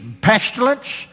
pestilence